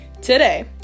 Today